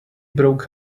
broke